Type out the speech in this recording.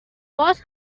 باز